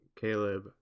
caleb